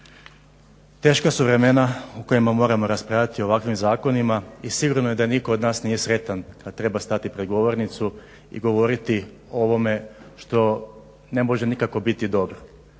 Teška su vremena u kojima moramo raspravljati o ovakvim zakonima i sigurno je da nitko od nas nije sretan kada treba stati pred govornicu i govoriti o ovome što ne može nikako biti dobro.